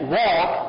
walk